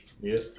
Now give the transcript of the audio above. Yes